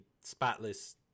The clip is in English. spotless